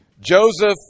Joseph